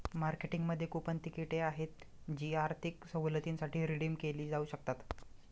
मार्केटिंगमध्ये कूपन तिकिटे आहेत जी आर्थिक सवलतींसाठी रिडीम केली जाऊ शकतात